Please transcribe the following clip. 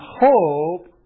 hope